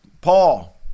Paul